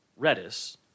Redis